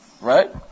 Right